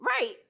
right